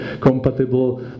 compatible